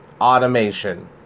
automation